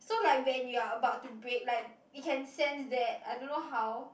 so like when you're about to brake like you can sense that I don't know how